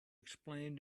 explain